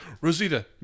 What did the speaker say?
Rosita